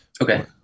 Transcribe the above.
Okay